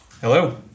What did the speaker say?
Hello